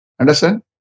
Understand